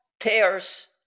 Tears